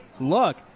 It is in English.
look